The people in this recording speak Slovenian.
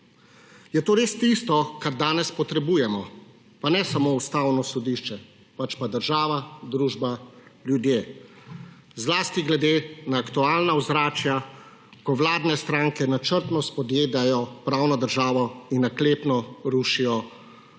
je to res tisto, kar danes potrebujemo, pa ne samo Ustavno sodišče, pač pa država, družba, ljudje, zlasti glede na aktualna ozračja, ko vladne stranke načrtno spodjedajo pravno državo in naklepno rušijo temelje